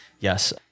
Yes